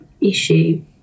issue